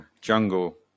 jungle